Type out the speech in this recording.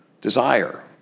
desire